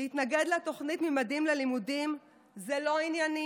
להתנגד לתוכנית ממדים ללימודים זה לא ענייני